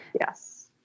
Yes